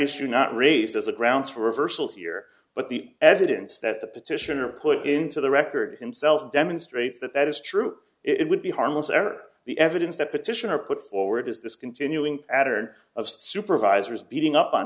issue not raised as a grounds for reversal here but the evidence that the petitioner put into the record himself demonstrates that that is true it would be harmless error the evidence that petitioner put forward is this continuing pattern of supervisors beating up on